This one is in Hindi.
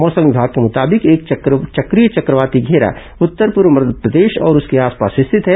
मौसम विमाग के मुताबिक एक चक्रीय चक्रवाती घेरा उत्तर पूर्व मध्यप्रदेश और उसके आसपास स्थित है